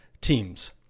Teams